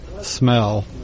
smell